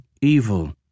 evil